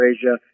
Asia